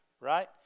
right